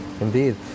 indeed